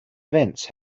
events